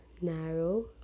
narrow